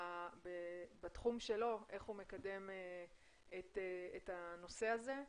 בתחום שלו איך הוא מקדם את הנושא הזה.